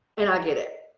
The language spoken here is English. and i get it.